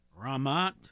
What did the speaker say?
Ramat